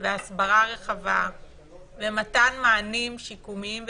הסברה רחבה ומתן מענים שיקומיים וטיפוליים.